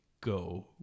go